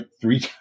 three